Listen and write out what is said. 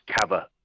cover